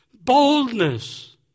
boldness